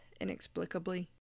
inexplicably